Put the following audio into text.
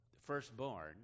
firstborn